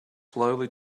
slowly